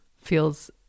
feels